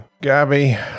Gabby